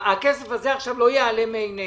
הכסף הזה לא ייעלם מעינינו.